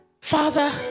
Father